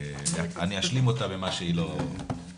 אני אשלים אותה במה שהיא לא תאמר.